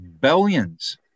billions